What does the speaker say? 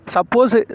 Suppose